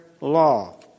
law